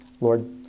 Lord